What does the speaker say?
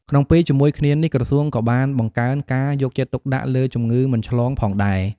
ក្នុងពេលជាមួយគ្នានេះ ក្រសួងក៏បានបង្កើនការយកចិត្តទុកដាក់លើជំងឺមិនឆ្លងផងដែរ។